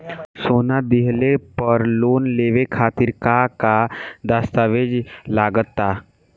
सोना दिहले पर लोन लेवे खातिर का का दस्तावेज लागा ता?